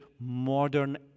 modern